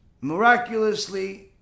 miraculously